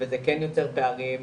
וזה כן יוצר פערים,